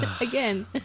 again